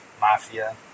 Mafia